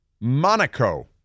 Monaco